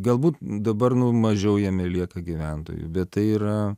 galbūt dabar nu mažiau jame lieka gyventojų bet tai yra